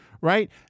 right